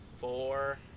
four